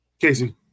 Casey